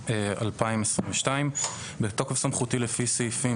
התשפ"ב-2022 בתוקף סמכותי לפי סעיפים